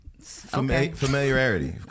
Familiarity